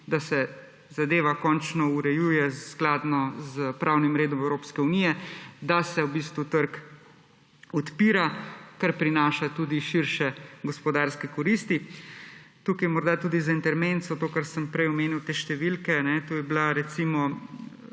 da se zadeva končno urejuje skladno s pravnim redom Evropske unije, da se v bistvu trg odpira, kar prinaša tudi širše gospodarske koristi. Tukaj morda tudi za intermezzo to, kar sem prej omenil, te številke. Bilo je recimo